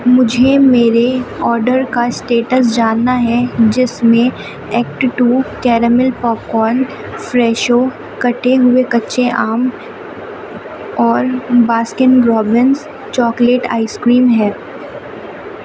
مجھے میرے آڈر کا اسٹیٹس جاننا ہے جس میں act two caramel popcorn Fresho کٹے ہوئے کچے آم اور Baskin Robbins chocolate ice cream ہیں